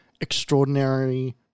extraordinary